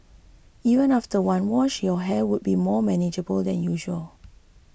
even after one wash your hair would be more manageable than usual